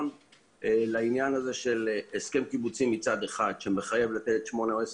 היום ה-31 במרס 2020. אנחנו נתמקד היום בנושא